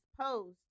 post